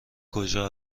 کجا